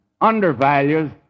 undervalues